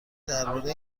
درباره